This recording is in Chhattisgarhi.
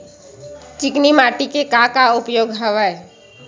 चिकनी माटी के का का उपयोग हवय?